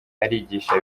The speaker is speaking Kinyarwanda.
arigisha